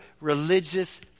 religious